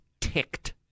ticked